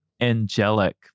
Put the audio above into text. angelic